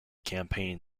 campaign